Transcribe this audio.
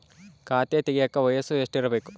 ಖಾತೆ ತೆಗೆಯಕ ವಯಸ್ಸು ಎಷ್ಟಿರಬೇಕು?